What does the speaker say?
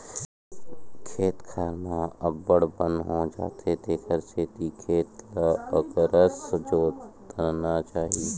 खेत खार म अब्बड़ बन हो जाथे तेखर सेती खेत ल अकरस जोतना चाही